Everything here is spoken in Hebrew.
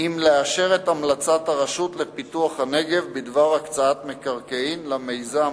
אם לאשר את המלצת הרשות לפיתוח הנגב בדבר הקצאת מקרקעין למיזם.